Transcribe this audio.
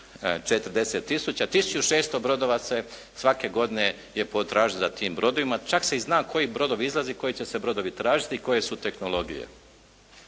tisuću 600 brodova se svake godine je potražnja za tim brodovima, čak se i zna koji brodovi izlaze, koji će se brodovi tražiti i koje su tehnologije.